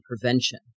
prevention